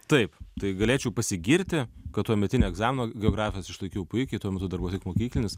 taip tai galėčiau pasigirti kad tuometinio egzaminą geografijos išlaikiau puikiai tuo metu dar buvo tik mokyklinis